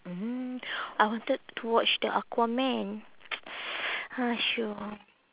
mm I wanted to watch the aquaman !hais!